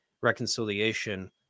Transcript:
reconciliation